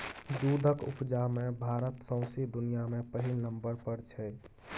दुधक उपजा मे भारत सौंसे दुनियाँ मे पहिल नंबर पर छै